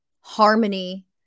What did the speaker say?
harmony